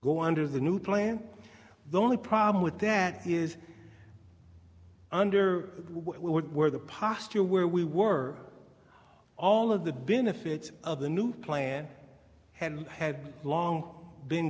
go under the new plan the only problem with that is under where the posture where we were all of the been afraid of the new plan and had long been